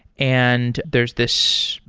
and there's this,